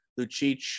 Lucic